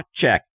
check